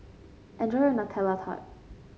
enjoy your Nutella Tart